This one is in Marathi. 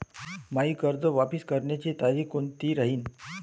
मायी कर्ज वापस करण्याची तारखी कोनती राहीन?